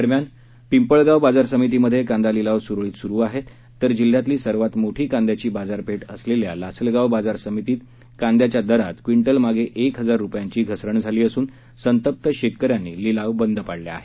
दरम्यान पिंपळगाव बाजारसमितीमधे कांदा लिलाव सुरळित सुरू आहेत तर जिल्ह्यातली सर्वात मोठी कांद्याची बाजारपेठ असलेल्या लासलगाव बाजारसमितीत कांद्याच्या दरात क्विंटलमागे एक हजार रुपयांची घसरण झाली असून संतप्त शेतक यांनी लिलाव बंद पाडले आहेत